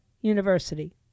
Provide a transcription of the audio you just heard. University